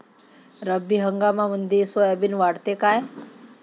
रब्बी हंगामामंदी सोयाबीन वाढते काय?